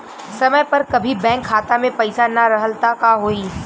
समय पर कभी बैंक खाता मे पईसा ना रहल त का होई?